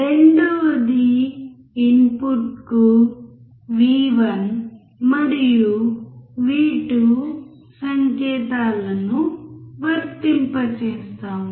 రెండవది ఇన్పుట్కు V 1 మరియు V 2 సంకేతాలను వర్తింపజేస్తాము